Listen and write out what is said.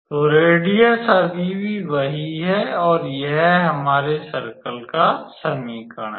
तो रेडियस अभी भी वही है और यह हमारे सर्कल का समीकरण है